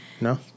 No